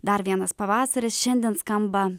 dar vienas pavasaris šiandien skamba